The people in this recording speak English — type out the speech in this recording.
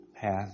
path